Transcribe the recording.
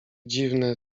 dziwne